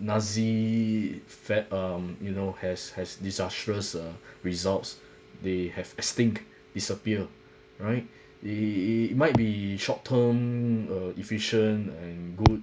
nazi fed um you know has has disastrous uh results they have extinct disappear right it it might be short term uh efficient and good